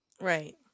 Right